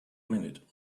minute